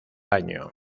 año